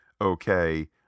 okay